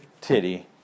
Titty